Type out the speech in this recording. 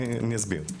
אני אסביר.